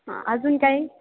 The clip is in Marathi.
हा अजून काही